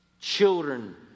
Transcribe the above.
Children